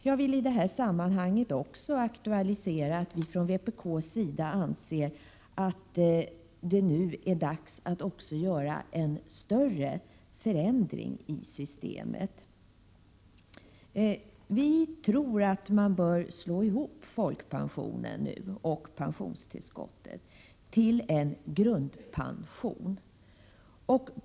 Jag vill i detta sammanhang också aktualisera att vi från vpk:s sida anser att tiden är mogen att göra en större förändring i systemet. Vi tror att man bör slå ihop folkpensionen och pensionstillskotten till en grundpension.